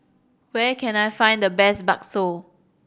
where can I find the best bakso